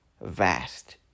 vast